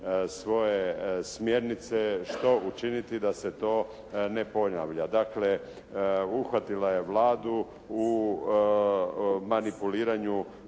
svoje smjernice što učiniti da se to ne ponavlja. Dakle uhvatila je Vladu u manipuliranju